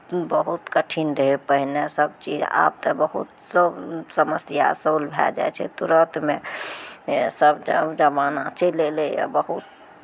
बहुत कठिन रहै पहिने सभचीज आब तऽ बहुत सभ समस्या सॉल्व भए जाइ छै तुरन्तमे से सभ जमाना चलि एलैए बहुत